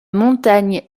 montagne